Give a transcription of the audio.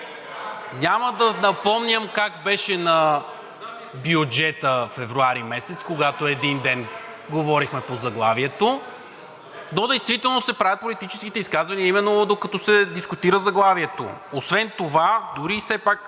Няма да напомням как беше на бюджета февруари месец, когато един ден говорихме по заглавието, но действително се правят политическите изказвания, именно докато се дискутира заглавието. Освен това дори все пак